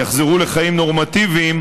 יחזרו לחיים נורמטיביים,